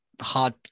hard